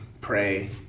pray